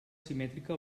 simètrica